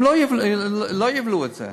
הם לא יבלעו את זה,